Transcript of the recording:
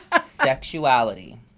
Sexuality